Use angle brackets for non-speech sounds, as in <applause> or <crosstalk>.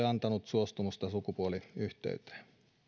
<unintelligible> antanut suostumusta sukupuoliyhteyteen